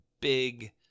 big